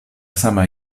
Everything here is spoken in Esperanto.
sama